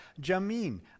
Jamin